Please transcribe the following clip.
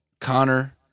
Connor